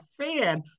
fan